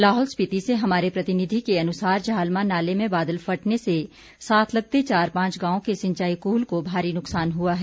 लाहौल स्पिति से हमारे प्रतिनिधि के अनुसार जाहलमा नाले में बादल फटने से साथ लगते चार पांच गांव के सिंचाई कुहल को भारी नुकसान हुआ है